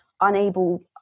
unable